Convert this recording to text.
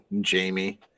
Jamie